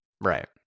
Right